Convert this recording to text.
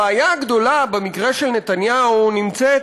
הבעיה הגדולה במקרה של נתניהו נמצאת